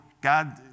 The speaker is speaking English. God